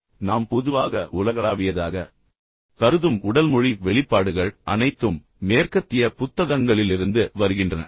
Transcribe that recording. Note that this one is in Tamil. எனவே நாம் பொதுவாக உலகளாவியதாக கருதும் உடல் மொழி வெளிப்பாடுகள் அனைத்தும் மேற்கத்திய புத்தகங்களிலிருந்து வருகின்றன